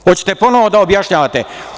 Hoćete ponovo da objašnjavate?